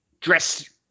dress